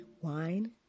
Wine